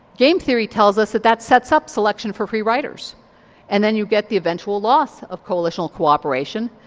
game theory tells us that that sets up selection for free riders and then you get the eventual loss of coalitional cooperation,